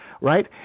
right